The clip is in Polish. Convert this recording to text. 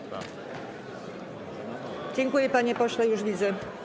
Dziękuję, panie pośle, już widzę.